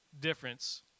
difference